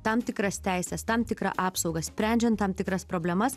tam tikras teises tam tikrą apsaugą sprendžiant tam tikras problemas